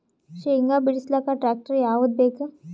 ಶೇಂಗಾ ಬಿಡಸಲಕ್ಕ ಟ್ಟ್ರ್ಯಾಕ್ಟರ್ ಯಾವದ ಬೇಕು?